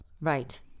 Right